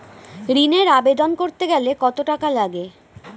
ঋণের আবেদন করতে গেলে কত টাকা লাগে?